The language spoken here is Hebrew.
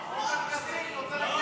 בעד מטי צרפתי הרכבי, נגד